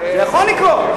זה יכול לקרות.